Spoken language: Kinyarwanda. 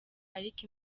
ariko